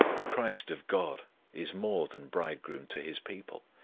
the christ of god is more than bridegroom to his people.